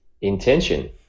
intention